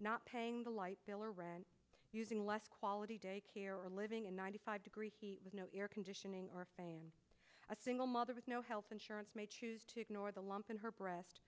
not paying the light bill or rent using less quality daycare or living in ninety five degree heat with no air conditioning or a fan a single mother with no health insurance may choose to ignore the lump in her breast